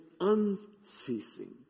unceasing